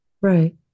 Right